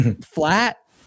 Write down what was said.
flat